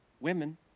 women